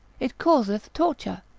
it causeth torture,